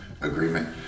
agreement